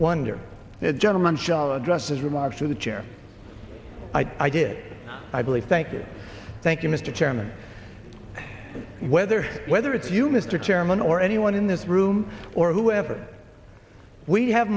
wonder that gentleman shall address his remarks to the chair i did i believe thank you thank you mr chairman whether whether it's you mr chairman or anyone in this room or whoever we have